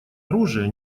оружия